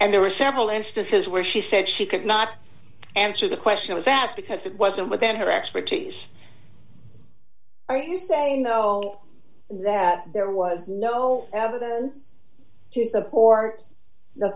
and there were several instances where she said she could not answer the question was asked because it wasn't within her expertise are you saying though that there was no evidence to support the